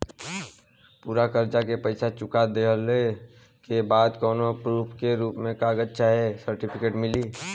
पूरा कर्जा के पईसा चुका देहला के बाद कौनो प्रूफ के रूप में कागज चाहे सर्टिफिकेट मिली?